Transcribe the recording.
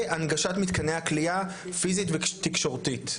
הנגשת מתקני הכליאה, פיזית ותקשורתית,